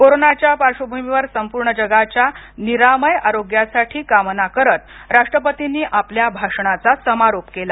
कोरोनाच्या पार्श्वभूमीवर संपूर्ण जगाच्या निरामय आरोग्यासाठी कामना करत राष्ट्रपतींनी आपल्या भाषणाचा समारोप केला